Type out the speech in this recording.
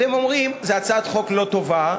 אתם אומרים: זו הצעת חוק לא טובה,